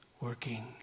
working